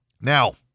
Now